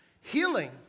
healing